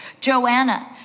Joanna